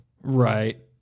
right